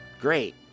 Great